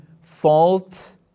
fault